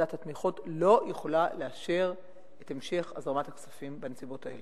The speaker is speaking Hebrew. ועדת התמיכות לא יכולה לאשר את המשך הזרמת הכספים בנסיבות האלה.